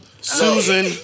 susan